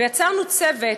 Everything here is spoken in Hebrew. יצרנו צוות,